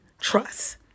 trust